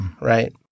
right